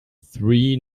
three